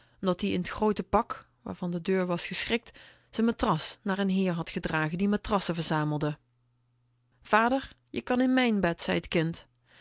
omdat-ie in t groote pak waarvan de deur was geschrikt z'n matras naar n heer had gedragen die matrassen verzamelde vader je kan in mijn bed zei t kind